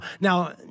Now